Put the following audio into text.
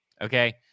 Okay